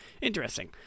Interesting